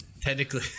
Technically